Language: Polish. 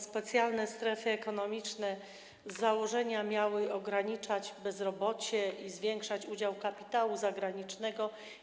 Specjalne strefy ekonomiczne z założenia miały ograniczać bezrobocie i zwiększać udział kapitału zagranicznego.